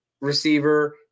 receiver